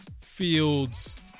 Fields